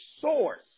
source